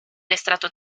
estrato